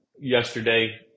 yesterday